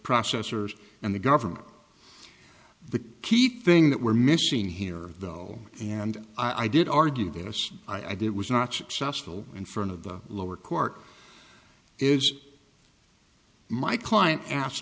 processors and the government the key thing that we're missing here though and i did argue this i did was not successful in front of the lower court is my client asked